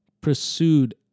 pursued